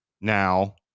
now